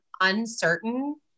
uncertain